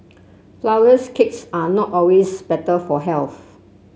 flourless cakes are not always better for health